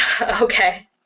Okay